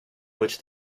which